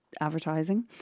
advertising